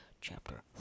chapter